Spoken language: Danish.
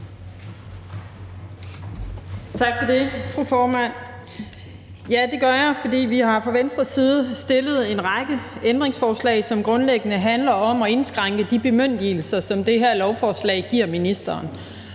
Tak for det, fru formand. Ja, det gør jeg, for vi har fra Venstres side stillet en række ændringsforslag, som grundlæggende handler om at indskrænke de bemyndigelser, som det her lovforslag giver ministeren.